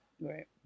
Right